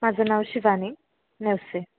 माझं नाव शिवानी नेवसे